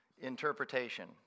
interpretation